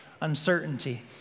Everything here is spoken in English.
uncertainty